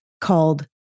called